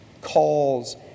calls